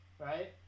Right